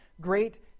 great